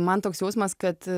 man toks jausmas kad